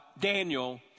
Daniel